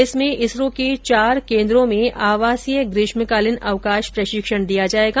इसमें इसरो के चार केन्द्रों में आवासीय ग्रीष्मकालीन अवकाश प्रशिक्षण दिया जाएगा